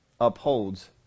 upholds